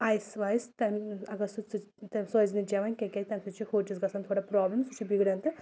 آیِس وایِس تَمہِ اَگر سُہ ژٕ سُہ چٮ۪وان کیٚنٛہہ کیٛازِ تَمہِ سۭتۍ چھُ ہوٹِس گژھان تھوڑا پرٛابلِم سُہ چھُ بِگڑان تہٕ